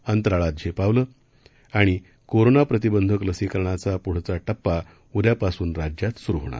अंतराळात झेपावलं कोरोना प्रतिबंधक लसीकरणाचा पढचा टप्पा उद्यापासन राज्यात सरू होणार